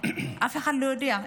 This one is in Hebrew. אף אחד לא יודע,